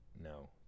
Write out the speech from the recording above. No